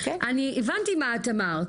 אני הבנתי מה את אמרת,